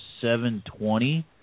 720